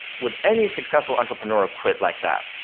would any successful entrepreneur quit like that?